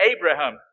Abraham